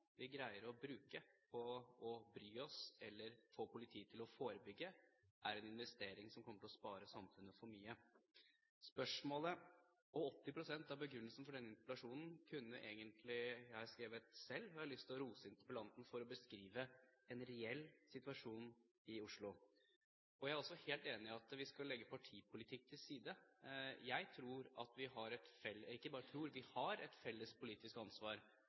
vi greier å bruke på å bry oss eller få politiet til å forebygge, er en investering som kommer til å spare samfunnet for mye. 80 pst. av begrunnelsen for denne interpellasjonen kunne jeg egentlig ha skrevet selv, og jeg har lyst til å rose interpellanten for å beskrive en reell situasjon i Oslo. Jeg er også helt enig i at vi skal legge partipolitikk til side. Vi har et felles politisk ansvar for å greie å gjenskape den tryggheten mange ikke føler. Vi har et felles politisk ansvar,